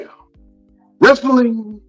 wrestling